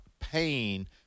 pain